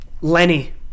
Lenny